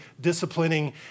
disciplining